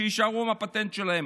שיישארו עם הפטנט שלהם.